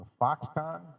Foxconn